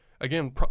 again